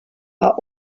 are